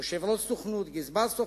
יושב-ראש הסוכנות, גזבר הסוכנות,